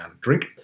drink